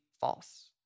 false